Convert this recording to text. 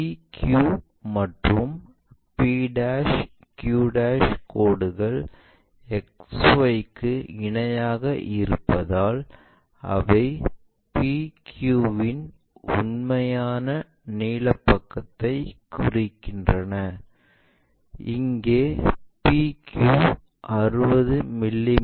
P q மற்றும் p q கோடுகள் XY க்கு இணையாக இருப்பதால் அவை PQ இன் உண்மையான நீள பக்கத்தைக் குறிக்கின்றன இங்கே PQ 60 மி